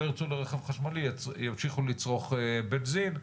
וימשיכו לצרוך בנזין,